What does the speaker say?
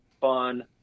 fun